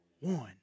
One